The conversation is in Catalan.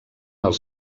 els